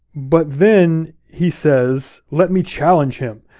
but then he says, let me challenge him.